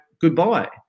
goodbye